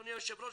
אדוני היושב ראש,